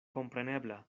komprenebla